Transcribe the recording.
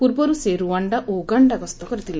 ପୂର୍ବର୍ ସେ ର୍ତ୍ତଆଣ୍ଡା ଓ ଉଗାଣ୍ଡା ଗସ୍ତ କରିଥିଲେ